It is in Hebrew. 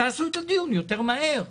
תעשו את הדיון יותר מהר,